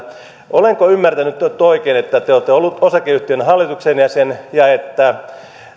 olenko ymmärtänyt nyt oikein että te olette ollut osakeyhtiön hallituksen jäsen ja että